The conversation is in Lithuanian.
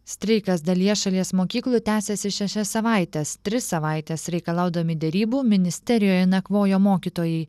streikas dalyje šalies mokyklų tęsiasi šešias savaites tris savaites reikalaudami derybų ministerijoje nakvojo mokytojai